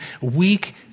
weak